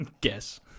guess